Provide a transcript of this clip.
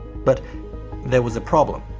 but there was a problem.